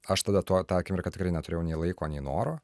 aš tada to tą akimirką tikrai neturėjau nei laiko nei noro